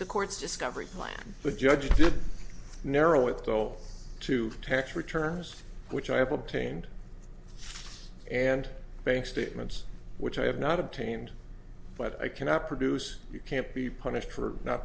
the court's discovery plan the judge did narrow it all to tax returns which i obtained and bank statements which i have not obtained but i cannot produce you can't be punished for not